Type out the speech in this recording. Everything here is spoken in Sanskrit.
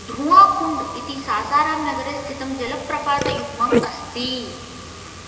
धुवाकुण्ड् इति सासारां नगरे स्थितं जलप्रपातयुग्मम् अस्ति